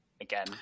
again